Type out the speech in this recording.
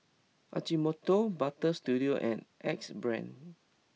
Ajinomoto Butter Studio and Axe Brand